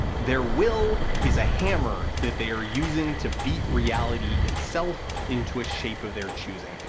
their will is a hammer that they are useing to beat reality itself into a shape of their choosing,